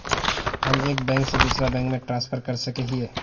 हम एक बैंक से दूसरा बैंक में ट्रांसफर कर सके हिये?